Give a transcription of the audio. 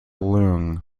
leung